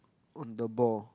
on the ball